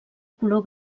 color